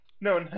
No